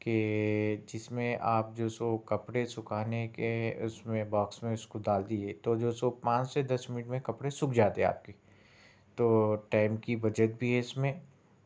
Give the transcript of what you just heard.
کہ جس میں آپ جو سو کپڑے سکھانے کے اس میں باکس میں اس کو ڈال دیئے تو جو سو پانچ سے دس منٹ میں کپڑے سوکھ جاتے آپ کے تو ٹائم کی بچت بھی ہے اس میں